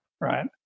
right